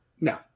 No